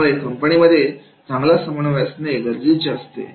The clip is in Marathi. त्यामुळे कंपनीमध्ये चांगला समन्वय असणे गरजेचे असते